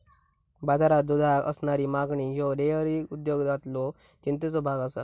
बाजारात दुधाक असणारी मागणी ह्यो डेअरी उद्योगातलो चिंतेचो भाग आसा